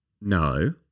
no